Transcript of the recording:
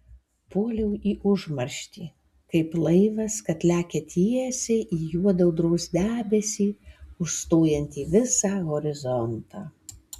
puoliau į užmarštį kaip laivas kad lekia tiesiai į juodą audros debesį užstojantį visą horizontą